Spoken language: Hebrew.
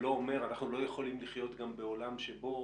אנחנו לא יכולים לחיות בעולם שבו